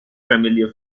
familiar